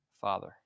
father